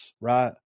right